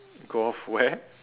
go off where